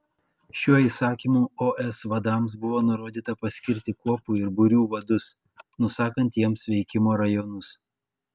šiuo įsakymu os vadams buvo nurodyta paskirti kuopų ir būrių vadus nusakant jiems veikimo rajonus